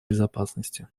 безопасности